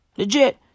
Legit